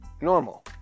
normal